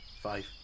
Five